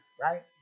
right